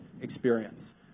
experience